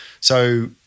So-